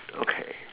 okay